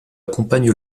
accompagne